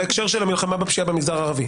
בהקשר של המלחמה בפשיעה במגזר הערבי.